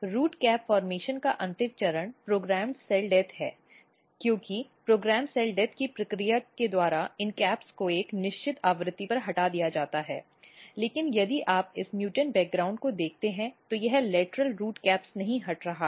root cap गठन का अंतिम चरण प्रोग्राम्ड सेल डेथ है क्योंकि प्रोग्राम सेल डेथ की प्रक्रिया के द्वारा इन कैप्स को एक निश्चित आवृत्ति पर हटा दिया जाता है लेकिन यदि आप इस म्यूटेंट पृष्ठभूमि को देखते हैं तो यह लेटरल रूट कैप नहीं हट रहा है